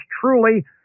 truly